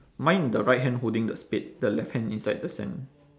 mine the right hand holding the spade the left hand inside the sand